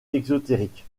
ésotérique